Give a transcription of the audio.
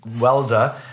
welder